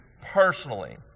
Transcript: personally